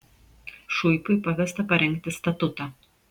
šuipiui pavesta parengti statutą